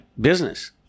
business